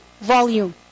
volume